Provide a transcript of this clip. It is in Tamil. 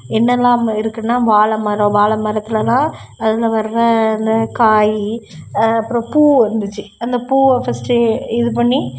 என்னெல்லாம் இருக்குதுனா வாழை மரம் வாழை மரத்துலலாம் அதில் வர்ற அந்த காய் அப்புறம் பூ வந்துச்சி அந்த பூவை ஃபஸ்ட்டு இது பண்ணி